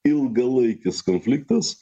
ilgalaikis konfliktas